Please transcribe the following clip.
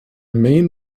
main